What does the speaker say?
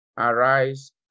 Arise